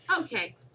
okay